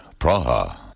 Praha